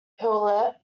hewlett